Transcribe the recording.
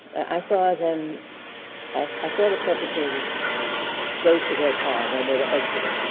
i saw them i saw the perpetrators go to their car when they were exiting.